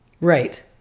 right